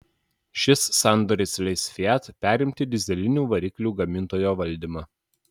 šis sandoris leis fiat perimti dyzelinių variklių gamintojo valdymą